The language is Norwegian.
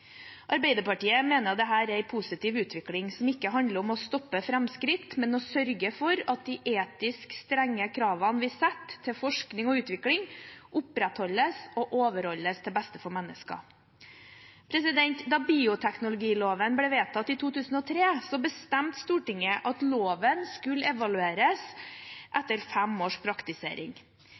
Arbeiderpartiet mener dette er en positiv utvikling som ikke handler om å stoppe framskritt, men å sørge for at de etisk strenge kravene vi setter til forskning og utvikling, opprettholdes og overholdes til beste for menneskene. Da bioteknologiloven ble vedtatt i 2003, bestemte Stortinget at loven skulle evalueres etter fem års praktisering.